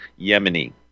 Yemeni